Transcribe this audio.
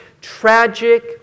tragic